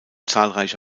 zahlreiche